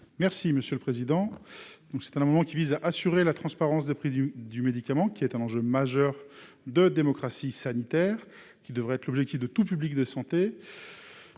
Merci monsieur le président, donc c'est un moment qui vise à assurer la transparence des prix du du médicament qui est un enjeu majeur de démocratie sanitaire qui devrait être l'objectif de tout public de santé,